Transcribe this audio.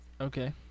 Okay